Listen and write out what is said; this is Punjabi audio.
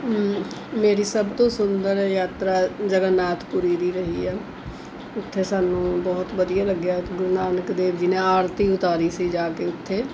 ਮੇਰੀ ਸਭ ਤੋਂ ਸੁੰਦਰ ਯਾਤਰਾ ਜਗਨਨਾਥਪੁਰੀ ਦੀ ਰਹੀ ਹੈ ਉੱਥੇ ਸਾਨੂੁੰ ਬਹੁਤ ਵਧੀਆ ਲੱਗਿਆ ਗੁਰੂ ਨਾਨਕ ਦੇਵ ਜੀ ਨੇ ਆਰਤੀ ਉਤਾਰੀ ਸੀ ਜਾ ਕੇ ਉੱਥੇ